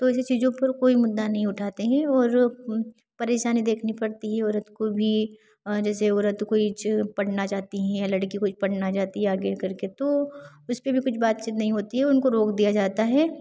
तो ऐसी चीज़ों पर कोई मुद्दा नहीं उठाते हैं और परेशानी देखने पड़ती है औरत को भी जैसे औरत कोई पढ़ना चाहती हें लड़की कोई पढ़ना चाहती है आगे करके तो उस पर भी कुछ बातचीत नहीं होती है उनको रोक दिया जाता है